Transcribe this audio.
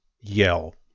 yell